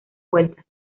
vueltas